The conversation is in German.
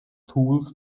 tools